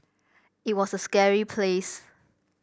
it was a scary place